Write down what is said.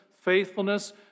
faithfulness